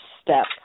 step